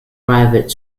private